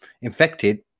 infected